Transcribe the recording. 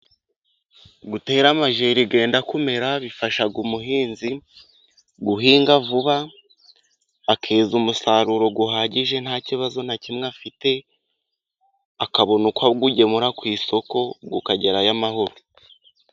Gutera amajeri yenda kumerara bifasha umuhinzi, guhinga vuba akeza umusaruro uhagije nta kibazo na kimwe afite, akabona uko awugemura ku isoko, ukagera yo amahoro.